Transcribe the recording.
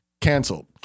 canceled